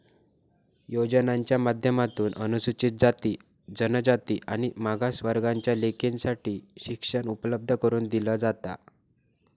योजनांच्या माध्यमातून अनुसूचित जाती, जनजाति आणि मागास वर्गाच्या लेकींसाठी शिक्षण उपलब्ध करून दिला जाता